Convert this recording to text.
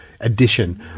edition